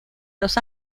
los